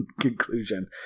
conclusion